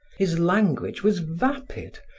his language was vapid,